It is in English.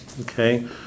Okay